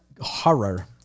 horror